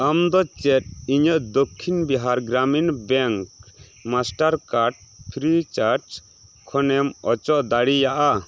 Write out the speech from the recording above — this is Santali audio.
ᱟᱢ ᱫᱚ ᱪᱮᱫ ᱤᱧᱟᱹᱜ Dakshin Bihar Gramin bank Mastercard free charge ᱠᱷᱚᱱᱮᱢ ᱚᱪᱚᱜ ᱫᱟᱲᱮᱭᱟᱜᱼᱟ